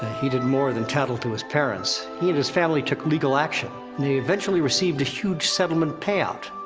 he did more than tattle to his parents. he and his family took legal action and they eventually received a huge settlement payout.